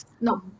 No